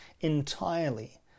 entirely